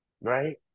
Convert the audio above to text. right